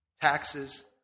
taxes